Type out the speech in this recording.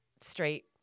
straight